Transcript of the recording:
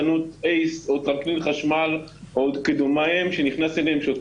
קשה בעיניי מצד אחד לדבר על ירידה בפדיון של 50% ומצד שני